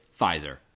Pfizer